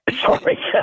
Sorry